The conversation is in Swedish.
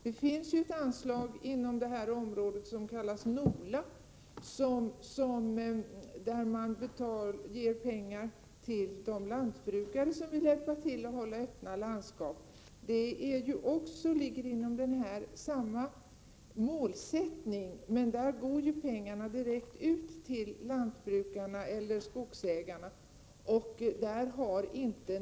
Det finns ett anslag inom detta område med beteckningen NOLA ur vilket man ger pengar till de lantbrukare som vill hjälpa till att hålla öppna landskap. Pengarna går direkt till lantbrukarna eller skogsägarna.